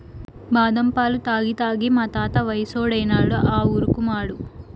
బాదం పాలు తాగి తాగి మా తాత వయసోడైనాడు ఆ ఊరుకుమాడు